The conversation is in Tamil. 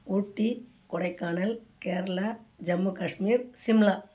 ஊட்டி கொடைக்கானல் கேரளா ஜம்மு காஷ்மீர் சிம்லா